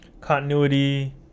continuity